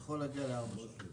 זה יכול להגיע לארבע שעות.